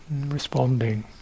Responding